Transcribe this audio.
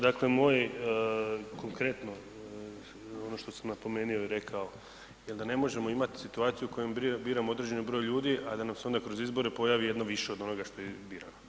Dakle, moje konkretno ono što sam napomenuo i rekao je da ne možemo imat situaciju u kojoj biramo određeno broj ljudi a da nama se onda kroz izbore pojavi jedno više onoga što je birano.